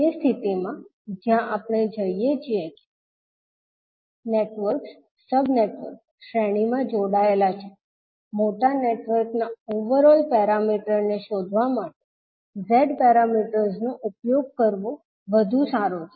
તે સ્થિતિમાં જ્યાં આપણે જોઈએ છીએ કે નેટવર્ક્સ સબ નેટવર્ક શ્રેણીમાં જોડેલા છે મોટા નેટવર્કના ઓવરઓલ પેરામીટરને શોધવા માટે Z પેરામીટર્સનો ઉપયોગ કરવો વધુ સારો છે